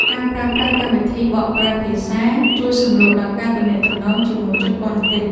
ការប្រើប្រាស់កម្មវិធីបកប្រែភាសា ជួយសម្រួលដល់ការទំនាក់ទំនងជាមួយជនបរទេស។